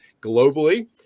globally